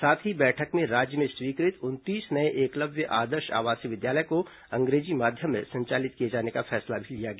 साथ ही बैठक में राज्य में स्वीकृत उनतीस नये एकलव्य आदर्श आवासीय विद्यालय को अंग्रेजी माध्यम में संचालित किए जाने का फैसला भी लिया गया